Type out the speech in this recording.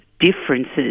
differences